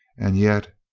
and yet,